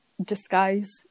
disguise